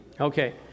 Okay